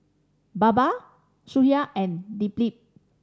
Baba Sudhir and Dilip